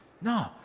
No